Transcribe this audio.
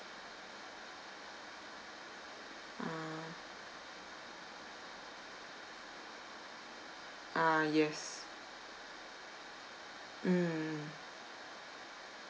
ah ah yes mm